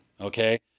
okay